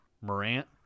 Morant